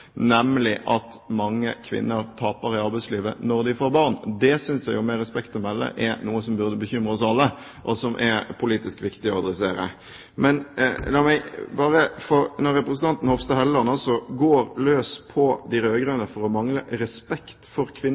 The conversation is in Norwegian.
nemlig at mange kvinner taper i arbeidslivet når de får barn. Det synes jeg, med respekt å melde, er noe som burde bekymre oss alle, og som er politisk viktig å adressere. La meg si at når representanten Hofstad Helleland går løs på de rød-grønne for å mangle respekt for